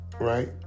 Right